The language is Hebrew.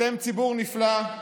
אתם ציבור נפלא.